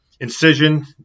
incision